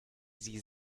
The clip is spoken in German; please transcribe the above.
sie